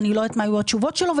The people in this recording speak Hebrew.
אני לא יודעת מה היו התשובות שלו.